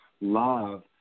love